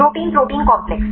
protein protein complex